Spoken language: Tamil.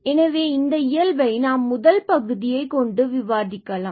எனவே இந்த இயல்பை நாம் முதல் பகுதியை hrks2கொண்டு விவாதிக்கலாம்